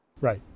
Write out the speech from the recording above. Right